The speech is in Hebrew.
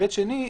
היבט שני,